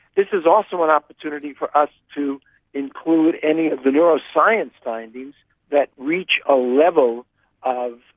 this is also an opportunity for us to include any of the neuroscience findings that reach a level of,